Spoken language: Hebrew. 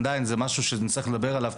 עדיין זה משהו שנצטרך לדבר עליו,